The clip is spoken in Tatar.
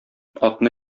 атны